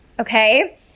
okay